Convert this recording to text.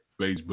Facebook